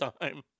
time